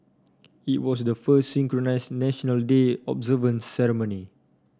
it was the first synchronise National Day observance ceremony